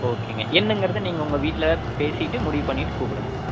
ஓகேங்க என்னங்கிறதை நீங்கள் உங்கள் வீட்டில் பேசிவிட்டு முடிவு பண்ணிவிட்டு கூப்பிடுங்க